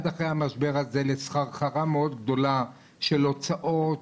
אחרי המשבר הזה לסחרחרת מאוד גדולה של הוצאות,